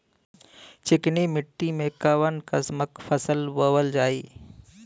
चिकनी मिट्टी में कऊन कसमक फसल बोवल जाई?